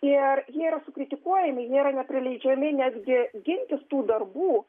ir jie yra sukritikuojami yra neprileidžiami netgi gintis tų darbų